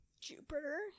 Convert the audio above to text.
Jupiter